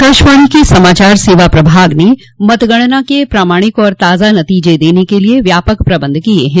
आकाशवाणी के समाचार सेवा प्रभाग ने मतगणना के प्रमाणिक और ताजा नतीजे देने के लिए व्यापक प्रबंध किए हैं